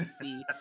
see